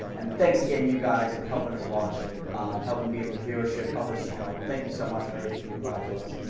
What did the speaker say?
and thanks again you guys, for helping us watch and helping being the viewership of this channel. thank you so much for everything you provide to us.